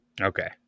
Okay